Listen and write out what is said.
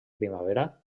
primavera